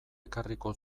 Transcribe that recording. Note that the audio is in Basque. ekarriko